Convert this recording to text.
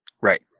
Right